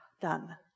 done